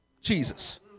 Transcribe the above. Jesus